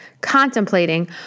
contemplating